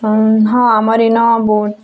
ହଁ ଆମର୍ ଇନ ବହୁତ୍